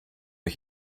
ich